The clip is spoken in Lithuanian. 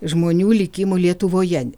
žmonių likimų lietuvoje